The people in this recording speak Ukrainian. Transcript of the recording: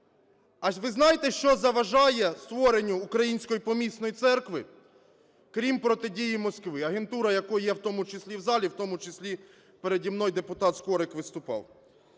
а ви знаєте, що заважає створенню української помісної церкви, крім протидії Москви, агентура якої є в тому числі в залі, в тому числі переді мною депутат Скорик виступав?